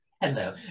Hello